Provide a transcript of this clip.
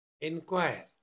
Inquire